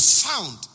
found